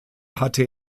hatte